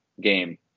game